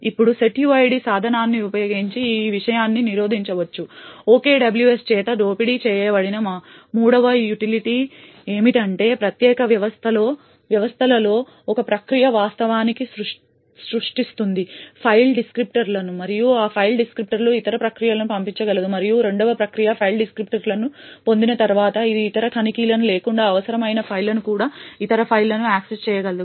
ఇప్పుడు setuid సాధనాన్ని ఉపయోగించి ఈ విషయాన్ని నిరోధించవచ్చు OKWS చేత దోపిడీ చేయబడిన మూడవ యుటిలిటీ ఏమిటంటే ప్రత్యేకమైన వ్యవస్థలలో ఒక ప్రక్రియ వాస్తవానికి సృష్టిస్తుంది ఫైల్ డిస్క్రిప్టర్లను మరియు ఆ ఫైల్ డిస్క్రిప్టర్లను ఇతర ప్రక్రియలకు పంపించగలదు మరియు రెండవ ప్రక్రియ ఫైల్ డిస్క్రిప్టర్లను పొందిన తర్వాత అది ఇతర తనిఖీలు లేకుండా అవసరమైన ఫైళ్ళను లేదా ఇతర ఫైళ్ళను యాక్సెస్ చేయగలదు